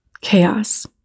chaos